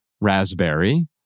raspberry